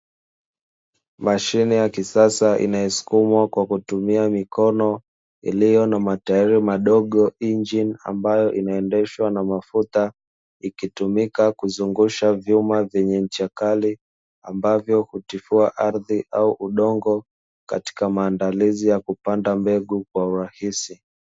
Mashine ya kisasa inayosukumwa kwa kutumia mikono, iliyo na matairi madogo, injini ambayo inaendeshwa kwa mafuta; ikitumika kuzungusha vyuma vyenye ncha kali ambavyo hutifua ardhi au udongo katika maandalizi ya kupanda mbegu kwa urahisi.